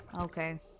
Okay